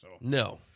No